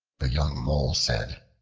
the young mole said,